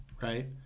right